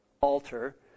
Alter